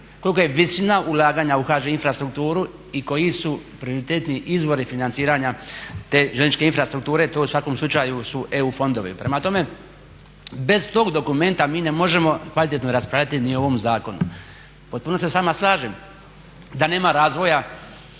koliko je visina ulaganja u HŽ infrastrukturu i koji su prioritetni izvori financiranja te željezničke infrastrukture to u svakom slučaju su EU fondovi. Prema tome, bez tog dokumenta mi ne možemo kvalitetno raspravljati ni o ovom zakonu. Potpuno se s vama slažem. Da nema razvoja,